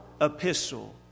epistle